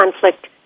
Conflict